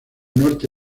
norte